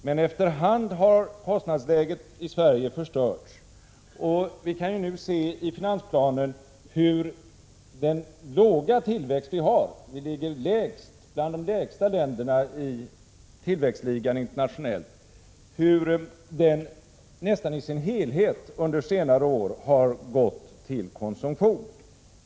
Men efter hand har kostnadsläget i Sverige förstörts, och vi kan nu se i finansplanen hur den låga tillväxt vi har — Sverige hör till de länder som ligger lägst i den internationella tillväxtligan — nästan i sin helhet under senare år har gått till konsumtion.